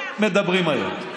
אתם עוד מדברים היום.